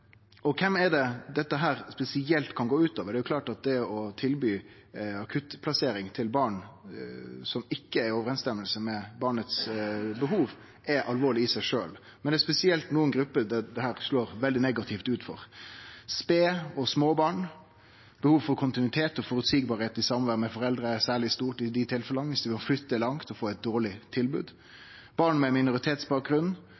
alvorleg. Kven kan dette spesielt gå ut over? Det er klart at å tilby eit barn ei akuttplassering som ikkje stemmer med behovet til barnet, er alvorleg i seg sjølv, men det er spesielt nokre grupper dette slår veldig negativt ut for: spedbarn og småbarn – behovet for kontinuitet og føreseielegheit i samvær med foreldre er særleg stort i desse tilfella, særleg viss dei må flytte langt og får eit dårleg